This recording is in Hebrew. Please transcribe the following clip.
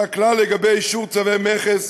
הכלל לגבי אישור צווי מכס